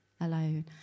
alone